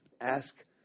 Ask